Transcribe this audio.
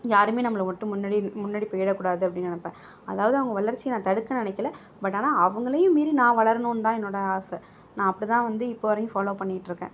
யாருமே நம்மளை ஒட்டு முன்னாடி முன்னாடி போயிட கூடாது அப்படினு நினைப்பேன் அதாவது அவங்க வளர்ச்சி நான் தடுக்க நினைக்கல பட் ஆனால் அவங்களையும் மீறி நான் வளரணும்னு தான் என்னோடய ஆசை நான் அப்படி தான் வந்து இப்போ வரையும் ஃபாலோ பண்ணிட்டிருக்கேன்